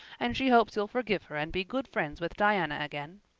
and she hopes you'll forgive her and be good friends with diana again.